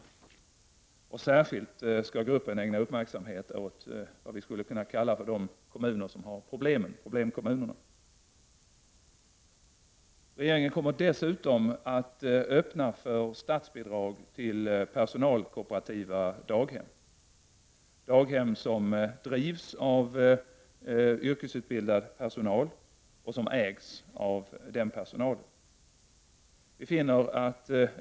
Särskild uppmärksamhet skall gruppen ägna åt de kommuner som har problem, som vi skulle kunna kalla för problemkommuner. Regeringen kommer dessutom att öppna för statsbidrag till personalkooperativa daghem — daghem som drivs av yrkesutbildad personal och som ägs av den personalen.